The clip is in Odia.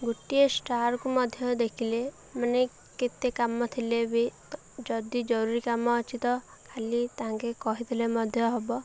ଗୋଟିଏ ଷ୍ଟାର୍କୁ ମଧ୍ୟ ଦେଖିଲେ ମାନେ କେତେ କାମ ଥିଲେ ବି ଯଦି ଜରୁରୀ କାମ ଅଛି ତ ଖାଲି ତାଙ୍କେ କହିଦେଲେ ମଧ୍ୟ ହବ